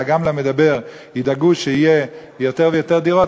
אלא גם למדַבֵּר ידאגו שיהיו יותר ויותר דירות,